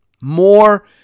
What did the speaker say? more